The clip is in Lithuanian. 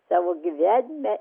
savo gyvenime